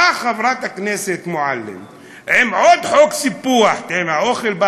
באה חברת הכנסת עם עוד חוק סיפוח, כן, עם האוכל בא